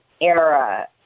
era